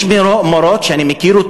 יש מורות שאני מכיר,